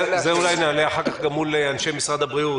את זה נעלה אולי אחר כך גם מול אנשי משרד הבריאות.